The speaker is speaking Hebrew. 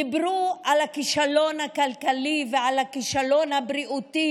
דיברו על הכישלון הכלכלי ועל הכישלון הבריאותי,